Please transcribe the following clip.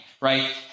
right